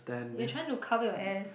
you're trying to cover your ass